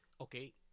okay